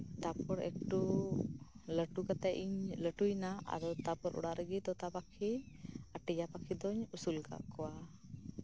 ᱛᱟᱨᱯᱚᱨ ᱮᱠᱴᱩ ᱞᱟᱹᱴᱩ ᱠᱟᱛᱮᱜ ᱤᱧ ᱞᱟᱴᱩᱭᱮᱱᱟ ᱛᱟᱨᱯᱚᱨᱮ ᱚᱲᱟᱜ ᱨᱮᱜᱮ ᱛᱳᱛᱟᱯᱟᱠᱷᱤ ᱴᱤᱭᱟ ᱯᱟᱹᱠᱷᱤ ᱫᱳᱧ ᱟᱹᱥᱩᱞ ᱠᱟᱜ ᱠᱚᱣᱟ